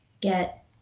get